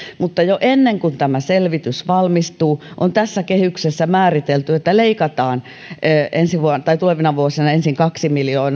mutta jo ennen kuin tämä selvitys valmistuu on tässä kehyksessä määritelty että leikataan tulevina vuosina ensin kaksi miljoonaa